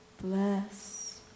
bless